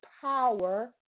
power